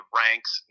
ranks